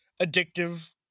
addictive